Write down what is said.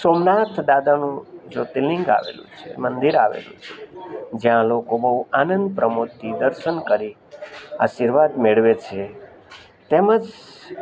સોમનાથ દાદાનું જ્યોતિર્લિંગ આવેલું છે મંદિર આવેલું છે જયાં લોકો બહુ આનંદ પ્રમોદથી દર્શન કરી આશીર્વાદ મેળવે છે તેમજ